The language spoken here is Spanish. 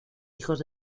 hijos